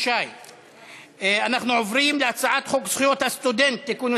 בעד, 23. אין מתנגדים, אין